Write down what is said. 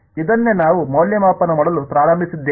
ಇದನ್ನೇ ನಾವು ಮೌಲ್ಯಮಾಪನ ಮಾಡಲು ಪ್ರಾರಂಭಿಸಿದ್ದೇವೆ